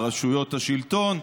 על רשויות השלטון: